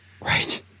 right